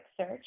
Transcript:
search